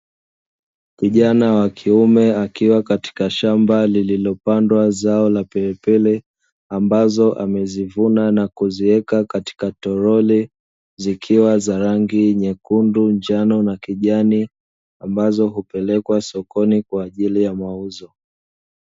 Kijana wa kiume akiwa katika shamba lililopandwa zao la pilipili, ambazo amezivuna na kuziweka katika toroli, zikiwa za rangi ya nyekundu, njano na kijani, ambazo hupelekwa sokoni kwa ajili ya mauzo.